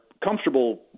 comfortable